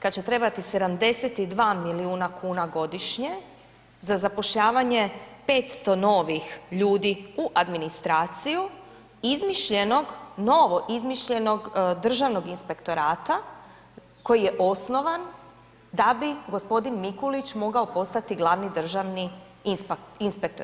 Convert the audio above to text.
Kad će trebati 72 milijuna kuna godišnje za zapošljavanje 500 novih ljudi u administraciju, izmišljeno, novog izmišljenog Državnog inspektorata koji je osnovan da bi g. Mikulić mogao postati glavni državni inspektor.